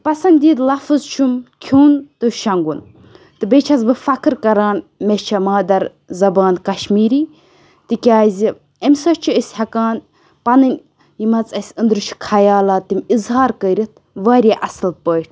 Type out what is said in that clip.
پَسنٛدیدہ لفظ چھُم کھیٚون تہٕ شۄنٛگُن تہٕ بیٚیہِ چھَس بہٕ فخٕر کران مےٚ چھِ مادر زَبان کَشمیٖری تِکیازِ اَمہِ سۭتۍ چھِ أسۍ ہیٚکان پَنٕنۍ یِم حظ اسہِ أنٛدرٕ چھِ خیالات تِم اظہار کٔرِتھ واریاہ اصٕل پٲٹھۍ